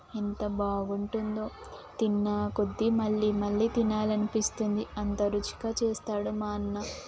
ఎంత బాగుంటుందో తిన్నా కొద్ది మళ్ళీ మళ్ళీ తినాలి అనిపిస్తుంది అంత రుచిగా చేస్తాడు మా అన్న